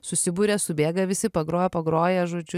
susiburia subėga visi pagroja pagroja žodžiu